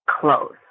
close